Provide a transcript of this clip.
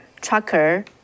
trucker